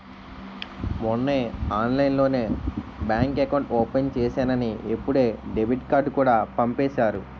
మొన్నే ఆన్లైన్లోనే bank account open చేసేసానని ఇప్పుడే డెబిట్ కార్డుకూడా పంపేసారు